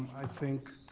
i think.